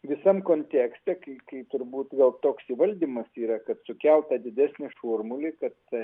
visam kontekste kai kai turbūt gal toks valdymas yra kad sukeltų didesnį šurmulį kad ta